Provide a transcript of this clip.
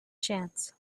chance